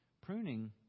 Pruning